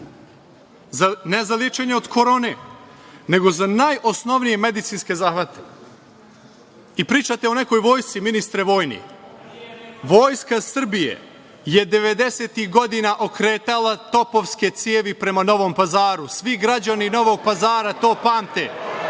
rad, ne za lečenje od Korone, nego za najosnovnije medicinske zahvate. Pričate o nekoj vojsci, ministre vojni. Vojska Srbije je 90-ih godina okretala topovske cevi prema Novom Pazaru. Svi građani Novog Pazara to pamte.